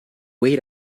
wait